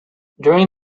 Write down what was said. during